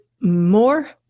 more